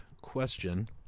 question